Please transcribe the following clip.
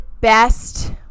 best